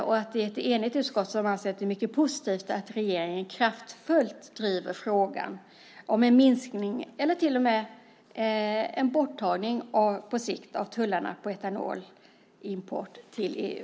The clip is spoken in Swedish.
Ett enigt utskott anser att det är mycket positivt att regeringen kraftfullt driver frågan om en minskning eller till och med, på sikt, en borttagning av tullarna på etanolimport till EU.